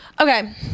okay